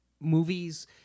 movies